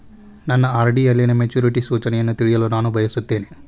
ನನ್ನ ಆರ್.ಡಿ ಯಲ್ಲಿನ ಮೆಚುರಿಟಿ ಸೂಚನೆಯನ್ನು ತಿಳಿಯಲು ನಾನು ಬಯಸುತ್ತೇನೆ